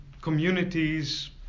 communities